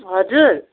हजुर